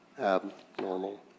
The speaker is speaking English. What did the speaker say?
abnormal